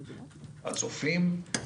הצופים.